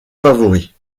favoris